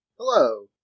Hello